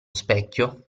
specchio